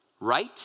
right